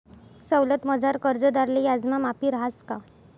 सवलतमझार कर्जदारले याजमा माफी रहास का?